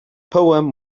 poem